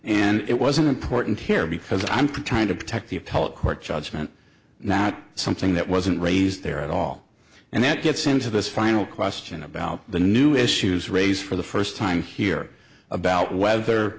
and it wasn't important here because i'm trying to protect the appellate court judgment not something that wasn't raised there at all and that gets into this final question about the new issues raised for the first time here about whether